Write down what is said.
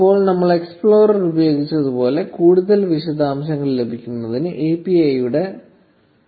ഇപ്പോൾ നമ്മൾ എക്സ്പ്ലോറർ ഉപയോഗിച്ചതുപോലെ കൂടുതൽ വിശദാംശങ്ങൾ ലഭിക്കുന്നതിന് API യുടെ 2